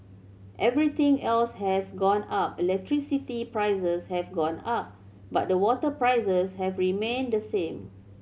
everything else has gone up electricity prices have gone up but the water prices have remained the same